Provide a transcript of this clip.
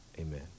Amen